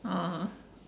oh